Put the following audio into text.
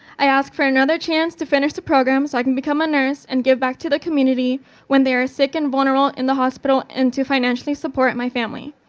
i ask for another chance to finish the program so i can become a nurse and give back to the community when they're sick and vulnerable in the hospital and to financially support support my family.